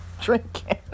drinking